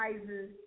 sizes